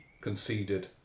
conceded